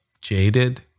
jaded